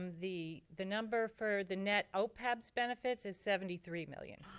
um the the number for the net opebs benefits is seventy three million